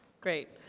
Great